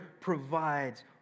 provides